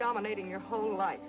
dominating your whole life